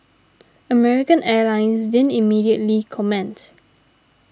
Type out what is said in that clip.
American Airlines didn't immediately comment